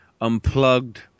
Unplugged